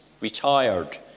retired